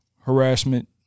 harassment